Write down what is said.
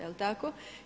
Jel' tako?